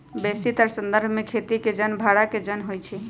बेशीतर संदर्भ में खेती के जन भड़ा के जन होइ छइ